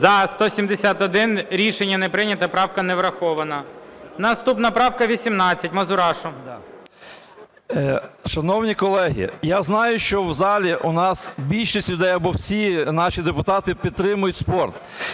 За-171 Рішення не прийнято. Правка не врахована. Наступна правка 18, Мазурашу. 13:53:48 МАЗУРАШУ Г.Г. Шановні колеги, я знаю, що в залі у нас більшість людей або всі наші депутати підтримують спорт.